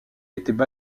étaient